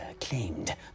claimed